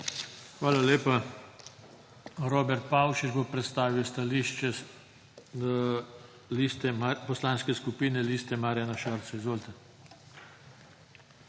Hvala lepa. Robert Pavšič bo predstavil stališče Poslanske skupine Liste Marjana Šarca. Izvolite.